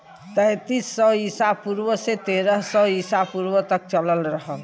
तैंतीस सौ ईसा पूर्व से तेरह सौ ईसा पूर्व तक चलल रहल